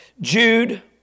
Jude